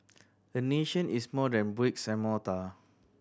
a nation is more than bricks and mortar